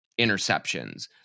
interceptions